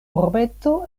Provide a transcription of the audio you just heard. urbeto